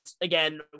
again